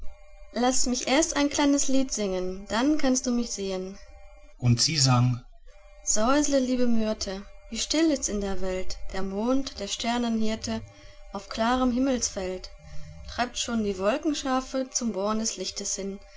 laß mich erst ein kleines lied singen dann kannst du mich sehen und sie sang säusle liebe myrte wie still ists in der welt der mond der sternenhirte auf klarem himmelsfeld treibt schon die wolkenschafe zum born des lichtes hin